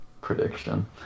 prediction